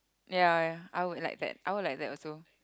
ya ya I would like that I would like that also